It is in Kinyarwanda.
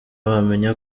wamenya